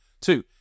Two